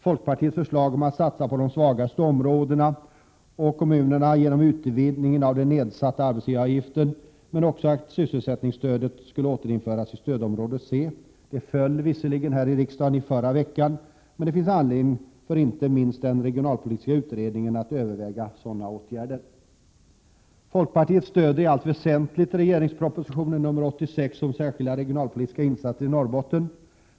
Folkpartiets förslag att man skulle satsa på de svagaste områdena och kommunerna genom utvidgningen av den nedsatta arbetsgivaravgiften, men också att sysselsättningsstödet skulle återinföras i stödområde C, avslogs visserligen av riksdagen förra veckan. Det finns emellertid anledning för inte minst den regionalpolitiska utredningen att överväga sådana åtgärder. Folkpartiet stöder i allt väsentligt regeringens proposition 86 om särskilda regionalpolitiska insatser i Norrbotten.